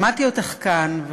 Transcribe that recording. שמעתי אותך כאן,